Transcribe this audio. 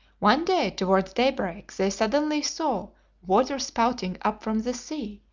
one day towards daybreak they suddenly saw water spouting up from the sea,